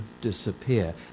disappear